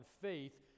faith